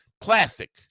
plastic